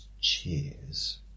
Cheers